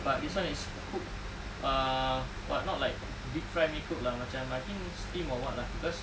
but this one is cooked uh but not like deep fry punya cook lah macam I think steam or what lah cause